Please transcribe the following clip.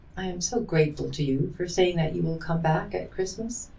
i am so grateful to you for saying that you will come back at christmas.